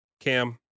Cam